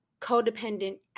codependent